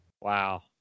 Wow